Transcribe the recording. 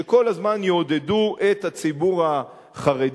שכל הזמן יעודדו את הציבור החרדי,